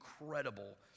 incredible